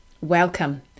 welcome